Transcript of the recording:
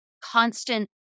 constant